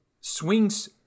swings